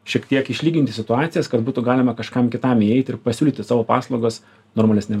šiek tiek išlyginti situacijas kad būtų galima kažkam kitam įeit ir pasiūlyti savo paslaugas normalesnėm